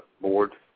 Board